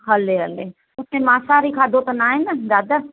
हले हले उते मांसाहारी खाधो त ना आहे न दादा